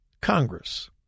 Congress